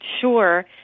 Sure